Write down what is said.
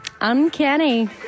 Uncanny